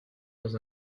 dans